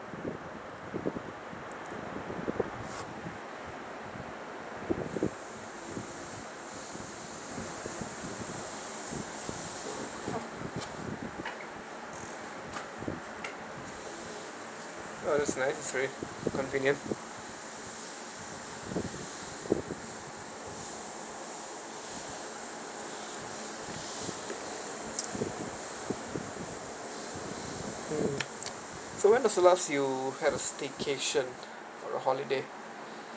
oh that's nice sorry continue mm so when was the last you had a staycation or a holiday